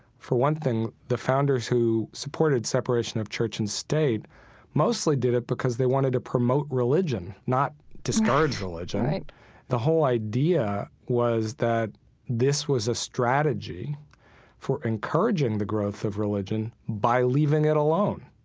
for one thing, the founders who supported separation of church and state mostly did it because they wanted to promote religion, not discourage religion right the whole idea was that this was a strategy for encouraging the growth of religion, by leaving it alone.